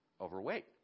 overweight